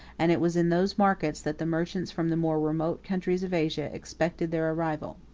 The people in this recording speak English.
and it was in those markets that the merchants from the more remote countries of asia expected their arrival.